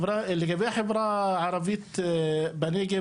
לגבי החברה הערבית בנגב,